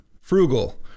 frugal